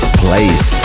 place